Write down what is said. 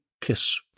Kiss